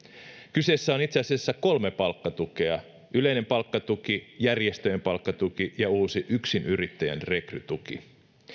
kyseessä on itse asiassa kolme palkkatukea yleinen palkkatuki järjestöjen palkkatuki ja uusi yksinyrittäjän rekrytuki